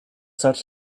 such